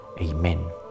Amen